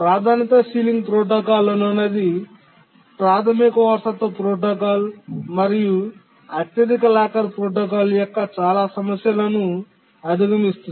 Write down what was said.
ప్రాధాన్యత ceiling protocol అనునది ప్రాథమిక వారసత్వ ప్రోటోకాల్ మరియు అత్యధిక లాకర్ ప్రోటోకాల్ యొక్క చాలా సమస్యలను అధిగమించింది